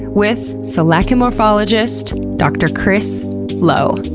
with selachimorphologist dr chris lowe